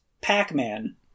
Pac-Man